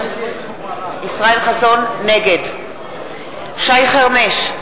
נגד שי חרמש,